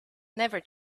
never